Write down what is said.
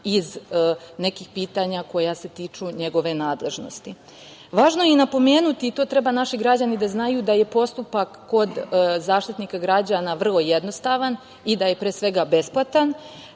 iz nekih pitanja koja se tiču njegove nadležnosti. Važno je i napomenuti, i to treba naši građani da znaju, da je postupak kod Zaštitnika građana vrlo jednostavan i da je, pre svega, besplatan,